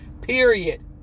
period